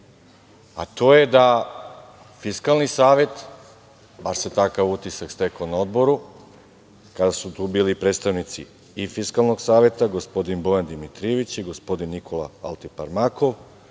a to je da Fiskalni savet, bar se takav utisak stekao na Odboru kada su tu bili predstavnici i Fiskalnog saveta, gospodin Bojan Dimitrijević i gospodin Nikola Altiparmakov,